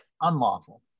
unlawful